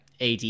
AD